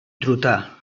trotar